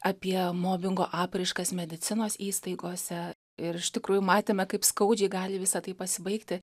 apie mobingo apraiškas medicinos įstaigose ir iš tikrųjų matėme kaip skaudžiai gali visa tai pasibaigti